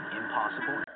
impossible. (